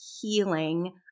healing